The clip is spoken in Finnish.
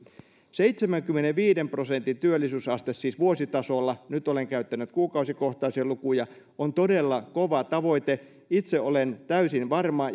seitsemänkymmenenviiden prosentin työllisyysaste vuositasolla nyt olen käyttänyt kuukausikohtaisia lukuja on todella kova tavoite itse olen täysin varma